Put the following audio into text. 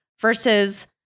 versus